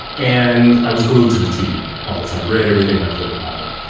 and i was glued to the tv all the time, read everything i could about it.